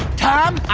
tom,